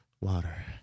water